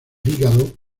hígado